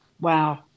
Wow